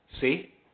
See